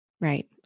Right